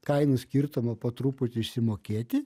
kainų skirtumą po truputį išsimokėti